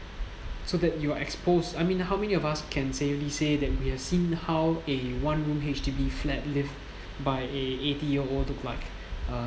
so that you are exposed I mean how many of us can safely say that we have seen how a one room H_D_B flat live by a eighty-year-old look like